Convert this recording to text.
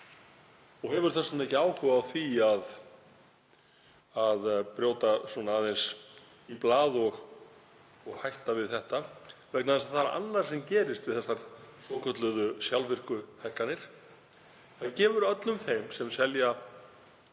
og hefur þess vegna ekki áhuga á því að brjóta aðeins í blað og hætta við þetta. Það er annað sem gerist við þessar svokölluðu sjálfvirku hækkanir, það gefur öllum þeim sem selja